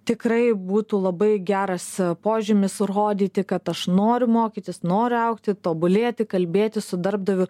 tikrai būtų labai geras požymis rodyti kad aš noriu mokytis noriu augti tobulėti kalbėti su darbdaviu